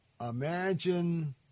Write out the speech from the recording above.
Imagine